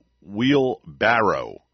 wheelbarrow